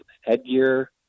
headgear